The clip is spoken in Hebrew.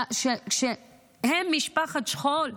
כשהם משפחת שכול,